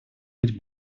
быть